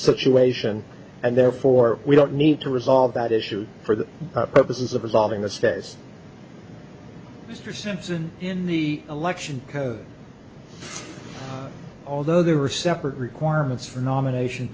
situation and therefore we don't need to resolve that issue for the purposes of resolving the says mr simpson in the election code although there are separate requirements for nomination